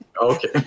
Okay